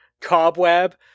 cobweb